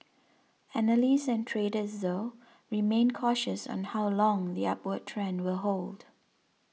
analysts and traders though remain cautious on how long the upward trend will hold